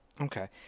Okay